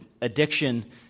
addiction